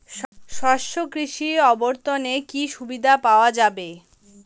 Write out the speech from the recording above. শস্য কৃষি অবর্তনে কি সুবিধা পাওয়া যাবে?